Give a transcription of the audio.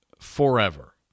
forever